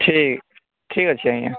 ଠିକ୍ ଠିକ୍ ଅଛି ଆଜ୍ଞା